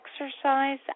Exercise